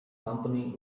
company